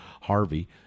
Harvey